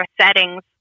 settings